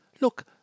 look